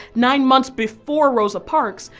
nine months before rosa parks,